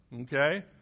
okay